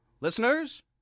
Listeners